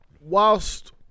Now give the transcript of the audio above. whilst